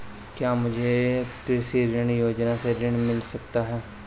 क्या मुझे कृषि ऋण योजना से ऋण मिल सकता है?